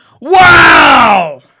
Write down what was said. Wow